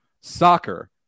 Soccer